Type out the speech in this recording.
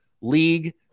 League